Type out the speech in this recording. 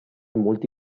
molti